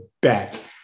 bet